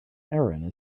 aaron